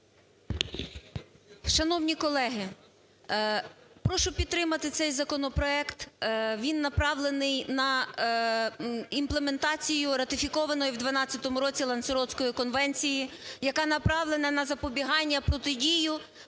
Шановні колеги, прошу підтримати цей законопроект. Він направлений на імплементацію ратифікованої у 2012 році Ланцаротської конвенції, яка направлена на запобігання, протидію